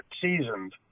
seasoned